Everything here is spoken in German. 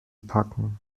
packen